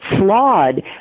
flawed